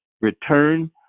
Return